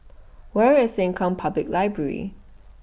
Where IS Sengkang Public Library